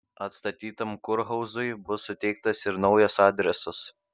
atstatytam kurhauzui bus suteiktas ir naujas adresas